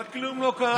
אבל כלום לא קרה, כמובן.